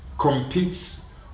competes